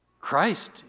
Christ